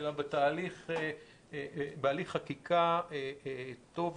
שיהיה בהליך חקיקה טוב,